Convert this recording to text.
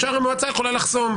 המועצה יכולה לחסום,